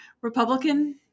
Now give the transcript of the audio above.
Republican